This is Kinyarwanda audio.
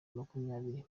makumyabiri